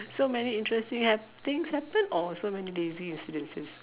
so many interesting hap~ things happen or so many lazy incidences